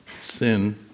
sin